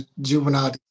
juvenile